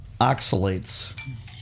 Oxalates